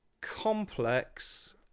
complex